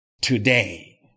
today